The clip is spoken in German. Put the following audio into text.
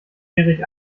erich